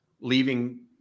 leaving